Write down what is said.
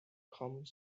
come